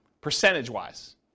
percentage-wise